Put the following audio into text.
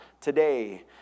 today